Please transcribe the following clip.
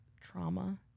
trauma